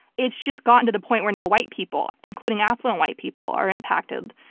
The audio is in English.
it's just gotten to the point where now white people including affluent white people are impacted.